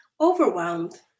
overwhelmed